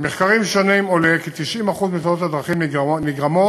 ממחקרים שונים עולה כי 90% מתאונות הדרכים נגרמות